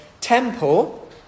temple